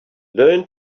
learn